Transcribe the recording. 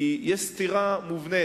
כי יש סתירה מובנית.